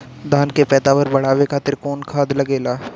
धान के पैदावार बढ़ावे खातिर कौन खाद लागेला?